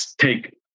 take